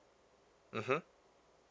mmhmm